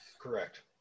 Correct